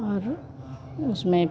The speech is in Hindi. और उसमें